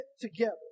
together